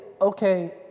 okay